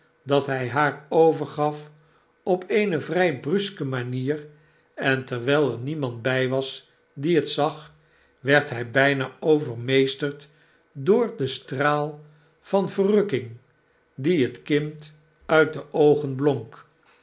dat hij haar overgaf op eene vrij bruske manier en terwijl er niemand bij was die het zag werd hij bijna overmeesterd door den straal van verrukking die het kind uit de oogen blonk